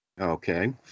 Okay